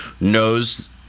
knows